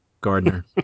Gardner